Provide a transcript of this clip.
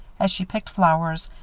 as she picked flowers,